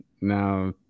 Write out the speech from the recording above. now